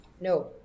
No